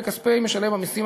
מכספי משלם המסים,